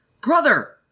Brother